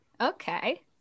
Okay